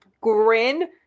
grin